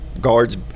guards